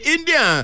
India